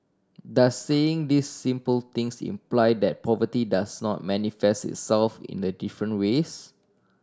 does saying these simple things imply that poverty does not manifest itself in the different ways